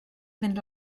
fynd